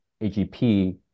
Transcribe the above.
AGP